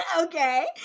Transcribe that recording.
Okay